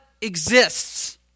exists